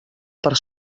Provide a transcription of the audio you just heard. per